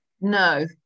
No